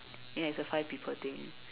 you know it's a five people thing